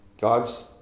God's